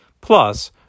Plus